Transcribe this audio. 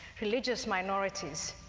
religious minorities,